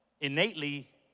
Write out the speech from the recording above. innately